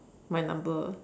my number